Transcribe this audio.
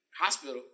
hospital